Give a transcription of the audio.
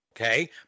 okay